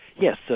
Yes